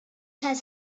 has